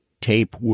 tape